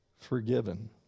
forgiven